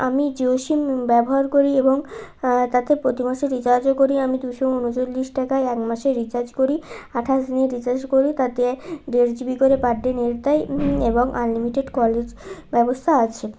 আমি জিও সিম ব্যবহার করি এবং তাতে প্রতি মাসে রিচার্জও করি আমি দুশো উনচল্লিশ টাকায় এক মাসে রিচার্জ করি আঠাশ দিনের রিচার্জ করি তাতে দেড় জি বি করে পার ডে নেট দেয় এবং আনলিমিটেড কলের ব্যবস্থা আছে